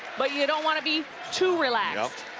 but you don't want to be too relaxed.